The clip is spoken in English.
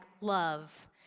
love